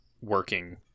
working